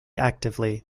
actively